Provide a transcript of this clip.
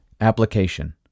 Application